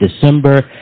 December